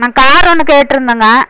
நான் கார் ஒன்று கேட்ருந்தேங்க